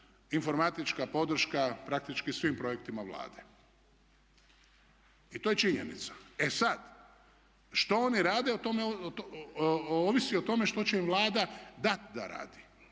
informatička podrška praktički svim projektima Vlade. I to je činjenica. E sad, što oni rade o tome, ovisi o tome što će im Vlada dati da radi.